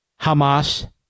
Hamas